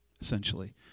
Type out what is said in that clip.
essentially